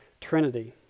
Trinity